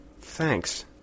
thanks